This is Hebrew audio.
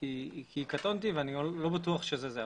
כי קטונתי ואני לא בטוח שזה זה,